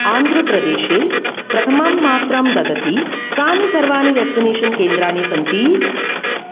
आन्ध्रप्रदेशे प्रथमां मात्रां ददति कानि सर्वाणि व्याक्सिनेशन् केन्द्राणि सन्ति